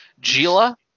Gila